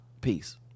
Peace